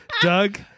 doug